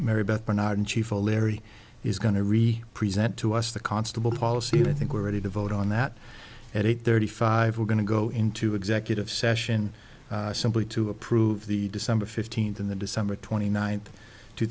marybeth bernard and chief o'leary is going to re present to us the constable policy think we're ready to vote on that at eight thirty five we're going to go into executive session simply to approve the december fifteenth in the december twenty ninth two